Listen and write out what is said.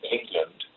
England